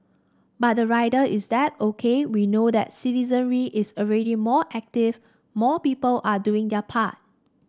but the rider is that OK we know that citizenry is already more active more people are doing their part